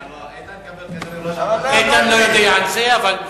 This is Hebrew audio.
איתן כבל כנראה לא שמע, איתן לא יודע על זה, אבל,